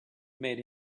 made